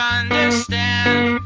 understand